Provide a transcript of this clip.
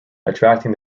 attracting